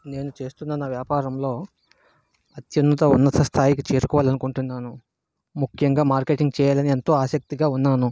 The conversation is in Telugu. నేను చేస్తూ ఉన్న వ్యాపారంలో అత్యున్నత ఉన్నత స్థాయికి చేరుకోవాలని అనుకుంటున్నాను ముఖ్యంగా మార్కెటింగ్ చేయాలని ఎంతో ఆసక్తిగా ఉన్నాను